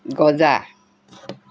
গজা